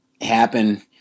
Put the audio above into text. happen